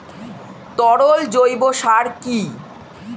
তরল জৈব সার কি?